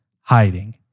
Hiding